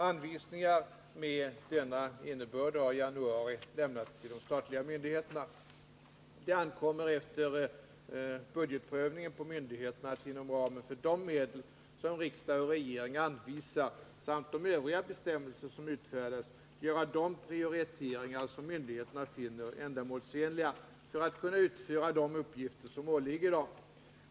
Anvisningar med denna innebörd har i januari lämnats till de statliga myndigheterna. Det ankommer efter budgetprövningen på myndigheterna att inom ramen för de medel som riksdag och regering anvisar, samt de övriga bestämmelser som utfärdas, göra de prioriteringar som myndigheterna finner ändamålsen liga för att kunna utföra de uppgifter som åligger dem.